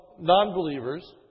non-believers